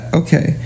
okay